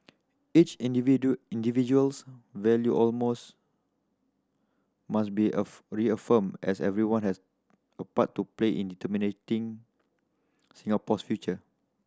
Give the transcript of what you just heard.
each individual's value almost must be a reaffirmed as everyone has a part to play in determining Singapore's future